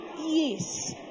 yes